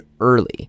early